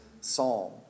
psalm